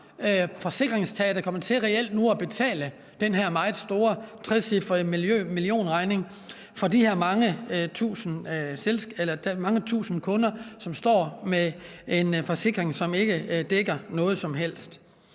der reelt kommer til at betale den her meget store, trecifrede millionregning for de her mange tusinde kunder, som står med en forsikring, som ikke dækker noget som helst.